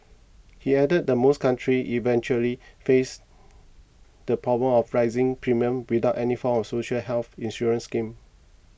he added that most countries eventually face the problem of rising premiums without any form of social health insurance scheme